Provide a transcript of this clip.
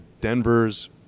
Denver's